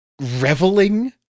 reveling